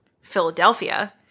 Philadelphia